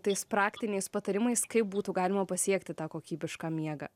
tais praktiniais patarimais kaip būtų galima pasiekti tą kokybišką miegą